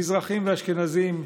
מזרחים ואשכנזים,